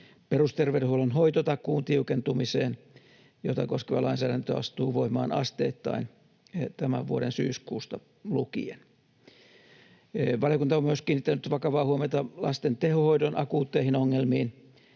perusterveydenhuollon hoitotakuun tiukentumiseen, jota koskeva lainsäädäntö astuu voimaan asteittain tämän vuoden syyskuusta lukien. Valiokunta on myös kiinnittänyt vakavaa huomiota lasten tehohoidon akuutteihin ongelmiin.